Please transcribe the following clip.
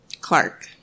Clark